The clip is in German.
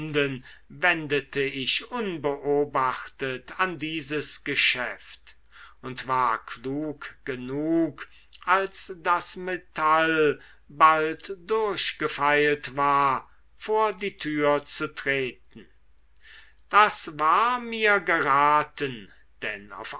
wendete ich unbeobachtet an dieses geschäft und war klug genug als das metall bald durchgefeilt war vor die türe zu treten das war mir geraten denn